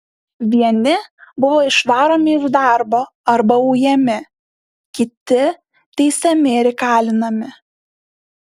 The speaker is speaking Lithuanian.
vieni buvo išvaromi iš darbo arba ujami kiti teisiami ir įkalinami